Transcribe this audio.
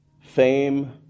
Fame